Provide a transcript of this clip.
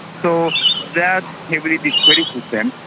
so that heavily discredited them,